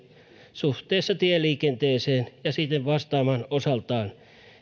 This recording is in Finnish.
suhteessa tieliikenteeseen ja siten vastaamaan osaltaan